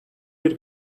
bir